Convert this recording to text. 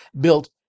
built